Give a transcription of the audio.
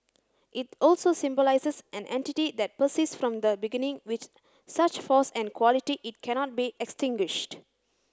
it also symbolises an entity that persists from the beginning with such force and quality it cannot be extinguished